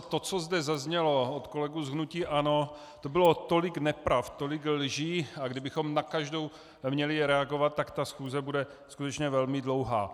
To, co zde zaznělo od kolegů z hnutí ANO, to bylo tolik nepravd, tolik lží, a kdybychom na každou měli reagovat, tak ta schůze bude skutečně velmi dlouhá.